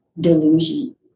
delusion